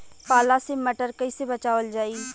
पाला से मटर कईसे बचावल जाई?